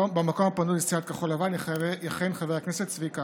במקום הפנוי לסיעת כחול לבן יכהן חבר הכנסת צבי האוזר.